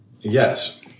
yes